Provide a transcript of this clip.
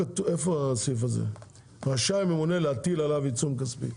הסעיף הזה, 'רשאי ממונה להטיל עליו עיצום כספי',